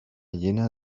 llena